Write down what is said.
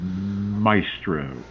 maestro